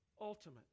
ultimate